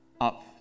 up